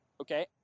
Okay